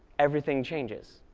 everything changes.